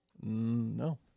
No